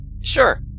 Sure